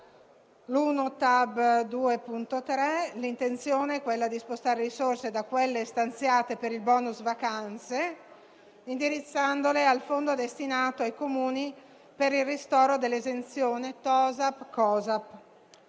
l'intenzione è quella di spostare le risorse stanziate per il *bonus* vacanze, indirizzandole al fondo destinato ai Comuni per il ristoro dell'esenzione TOSAP e COSAP.